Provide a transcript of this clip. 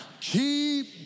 keep